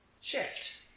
shift